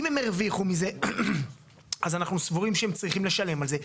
אם הם הרוויחו מזה אז אנחנו סבורים שהם צריכים לשלם על זה.